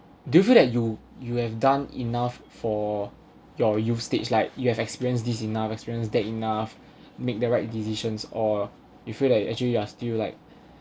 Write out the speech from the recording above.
do you feel that you you have done enough for your youth stage like you have experienced this enough experience that enough make the right decisions or you feel that you actually you are still like